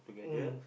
mm